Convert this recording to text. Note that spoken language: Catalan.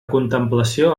contemplació